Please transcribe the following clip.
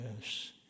yes